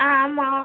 ஆ ஆமாம்